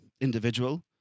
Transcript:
individual